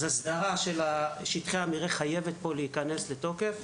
אז ההסדרה שך שטחי המרעה חייבת להיכנס כאן לתוקף.